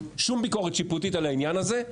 שום ביקורת שיפוטית על העניין הזה,